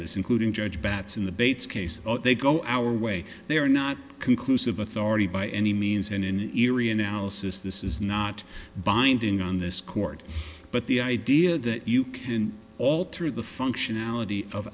this including judge batts in the bates case they go our way they are not conclusive authority by any means and in erie analysis this is not binding on this court but the idea that you can alter the functionality of